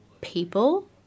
people